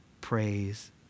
Praise